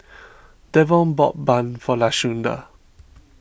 Devaughn bought Bun for Lashunda